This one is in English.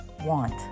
Want